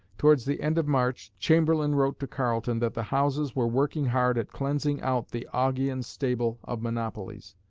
towards the end of march, chamberlain wrote to carleton that the houses were working hard at cleansing out the augaean stable of monopolies,